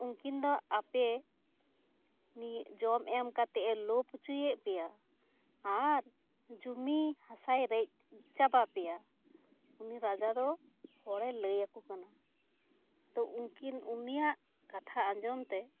ᱩᱱᱠᱤᱱ ᱫᱚ ᱟᱯᱮ ᱡᱚᱢ ᱮᱢ ᱠᱟᱛᱮᱫ ᱮ ᱞᱳᱵᱷ ᱦᱚᱪᱚᱭᱮᱫ ᱯᱮᱭᱟ ᱟᱨ ᱡᱚᱫᱤ ᱦᱟᱥᱟᱭ ᱨᱮᱡ ᱪᱟᱵᱟ ᱯᱮᱭᱟ ᱩᱱᱤ ᱨᱟᱡᱟ ᱫᱚ ᱦᱚᱲᱮ ᱞᱟᱹᱭ ᱟᱠᱚ ᱠᱟᱱᱟ ᱛᱚ ᱩᱱᱠᱤᱱ ᱩᱱᱤᱭᱟᱜ ᱠᱟᱛᱷᱟ ᱟᱧᱡᱚᱢ ᱛᱮ